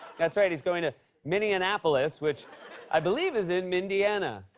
that's right, he's going to minionapolis, which i believe is in mindiana.